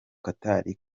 qatar